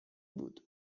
بود